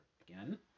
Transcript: again